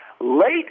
Late